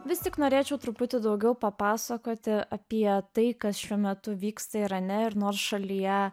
vis tik norėčiau truputį daugiau papasakoti apie tai kas šiuo metu vyksta irane ir nors šalyje